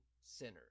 center